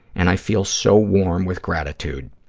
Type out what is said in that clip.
and i feel so warm with gratitude.